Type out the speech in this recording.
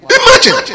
imagine